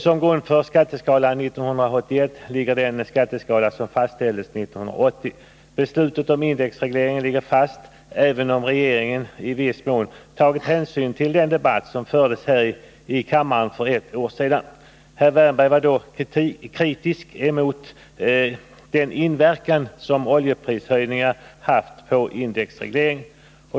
Som grund för skatteskalan 1981 ligger den skatteskala som fastställdes 1980. Beslutet om indexregleringen ligger fast, även om regeringen i viss mån tagit hänsyn till den debatt som fördes här i kammaren för ett år sedan. Herr Wärnberg var då kritisk emot den inverkan som oljeprishöjningar haft på indexregleringen.